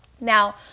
Now